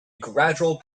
gradual